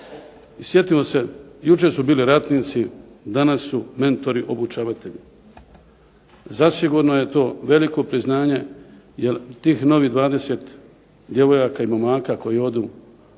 Sjetimo se, jučer su bili ratnici, danas su mentori, obučavatelji. Zasigurno je to veliko priznanje jer tih novih 20 djevojaka i momaka koji odu